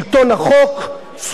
זכויות לנשים,